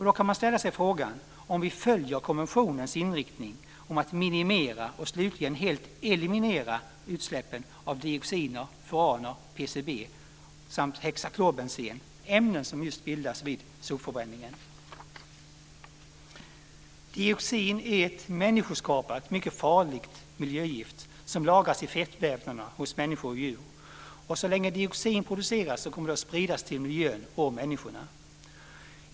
Då kan man ställa sig frågan om vi följer konventionens inriktning om att minimera och slutligen helt eliminera utsläppen av dioxiner, furaner, PCB samt hexaklorbenzen - ämnen som bildas vid sopförbränningen. Dixoin är ett människoskapat, mycket farligt miljögift som lagras i fettvävnaderna hos människor och djur. Så länge dioxin produceras kommer det att spridas till miljön och människorna.